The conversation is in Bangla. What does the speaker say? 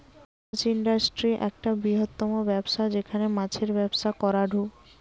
মাছ ইন্ডাস্ট্রি একটা বৃহত্তম ব্যবসা যেখানে মাছের ব্যবসা করাঢু